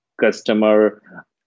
customer